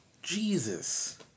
Jesus